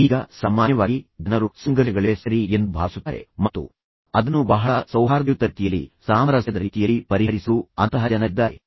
ಈಗ ಸಾಮಾನ್ಯವಾಗಿ ಜನರು ಸಂಘರ್ಷಗಳಿವೆ ಸರಿ ಎಂದು ಭಾವಿಸುತ್ತಾರೆ ಮತ್ತು ಅದನ್ನು ಬಹಳ ಸೌಹಾರ್ದಯುತ ರೀತಿಯಲ್ಲಿ ಸಾಮರಸ್ಯದ ರೀತಿಯಲ್ಲಿ ಪರಿಹರಿಸಲು ಅಂತಹ ಜನರಿದ್ದಾರೆ